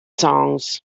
songs